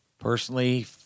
Personally